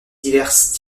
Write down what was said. diverses